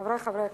חברי חברי הכנסת,